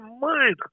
mind